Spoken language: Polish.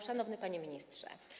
Szanowny Panie Ministrze!